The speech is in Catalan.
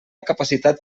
capacitat